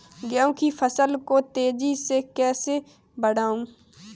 गेहूँ की फसल को तेजी से कैसे बढ़ाऊँ?